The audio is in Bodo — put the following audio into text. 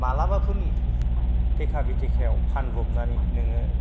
मालाबाफोरनि थेखा बेथेखायाव फानब्रनानै नोङो